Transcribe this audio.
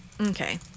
Okay